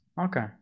Okay